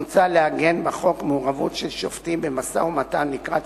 מוצע לעגן בחוק מעורבות של שופטים במשא-ומתן לקראת